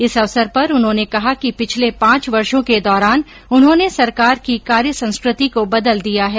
इस अवसर पर उन्होंने कहा कि पिछले पांच वर्षो के दौरान उन्होंने सरकार की कार्य संस्कृति को बदल दिया है